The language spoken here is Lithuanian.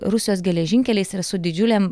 rusijos geležinkeliais ir su didžiulėm